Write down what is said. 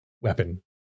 weapon